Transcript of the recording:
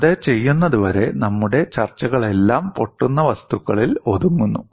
അത് ചെയ്യുന്നതുവരെ നമ്മുടെ ചർച്ചകളെല്ലാം പൊട്ടുന്ന വസ്തുക്കളിൽ ഒതുങ്ങുന്നു